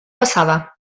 passava